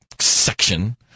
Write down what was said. section